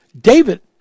David